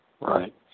Right